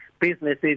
businesses